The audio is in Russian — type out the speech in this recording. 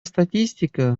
статистика